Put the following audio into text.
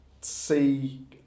see